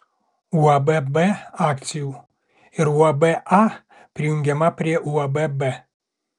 uab b akcijų ir uab a prijungiama prie uab b